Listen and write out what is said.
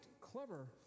clever